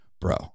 bro